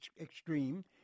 extreme